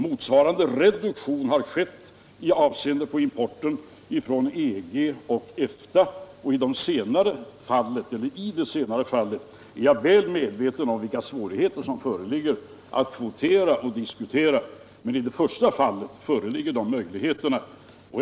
Motsvarande reduktion har skett med avseende på importen från EG och EFTA. När det gäller det senare fallet är jag väl medveten om vilka svårigheter som föreligger att kvotera och diskutera. Men i det första fallet föreligger de möjligheterna.